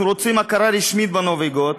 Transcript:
אנחנו רוצים הכרה רשמית בנובי גוד,